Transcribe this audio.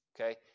Okay